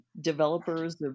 developers